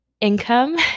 income